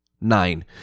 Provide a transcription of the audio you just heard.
Nine